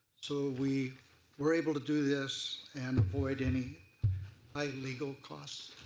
so we were able to do this and avoid any high legal costs.